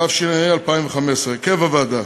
התשע"ה 2015. הרכב הוועדה: